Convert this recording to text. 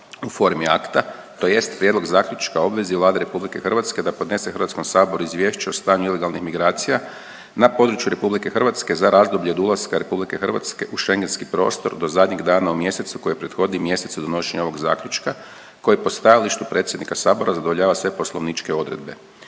u formi akta tj. Prijedlog Zaključka o obvezi Vlade RH da podnese Hrvatskom saboru izvješće o stanju ilegalnih migracija na području RH za razdoblje od ulaska RH u Schengenski prostor do zadnjeg dana u mjesecu koji prethodi mjesecu donošenja ovog Zaključka, koji po stajalištu predsjednika sabora zadovoljava sve poslovničke odredbe.